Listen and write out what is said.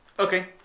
Okay